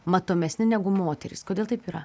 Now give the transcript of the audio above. matomesni negu moterys kodėl taip yra